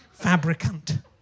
Fabricant